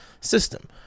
system